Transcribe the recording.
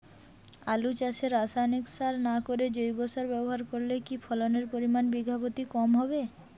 আলু চাষে রাসায়নিক সার না করে জৈব সার ব্যবহার করলে কি ফলনের পরিমান বিঘা প্রতি কম হবে?